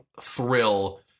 thrill